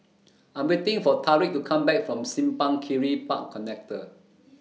I'm waiting For Tariq to Come Back from Simpang Kiri Park Connector